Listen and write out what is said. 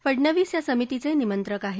फडनवीस या समितीचे निमंत्रक आहेत